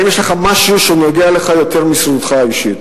אם יש משהו שנוגע לך יותר מסביבתך האישית.